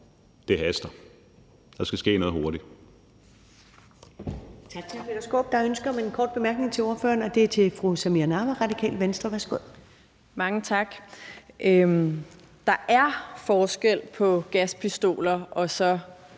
det haster. Der skal ske noget hurtigt.